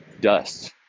dust